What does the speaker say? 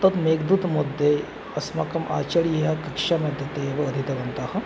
तत् मेघदूतं मध्ये अस्माकम् आचर्यकक्षा मध्ये ते एव अधीतवन्तः